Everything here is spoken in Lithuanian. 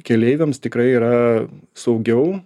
keleiviams tikrai yra saugiau